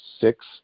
six